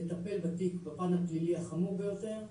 לטפל בתיק בפן הפלילי החמור ביותר.